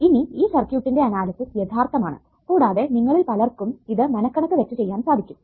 ഇനി ഈ സർക്യൂട്ടിന്റെ അനാലിസിസ് യഥാർത്ഥമാണ് കൂടാതെ നിങ്ങളിൽ പലർക്കും ഇത് മനക്കണ്ണ് വെച്ച് ചെയ്യാൻ സാധിക്കും